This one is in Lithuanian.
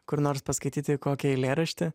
kur nors paskaityti kokį eilėraštį